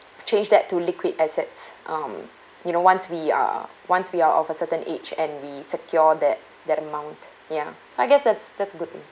change that to liquid assets um you know once we are once we are of a certain age and we secure that that amount ya so I guess that's that's a good